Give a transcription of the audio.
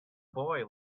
boy